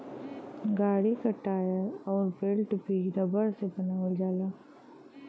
गाड़ी क टायर अउर बेल्ट भी रबर से बनावल जाला